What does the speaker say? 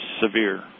severe